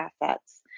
assets